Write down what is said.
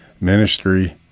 ministry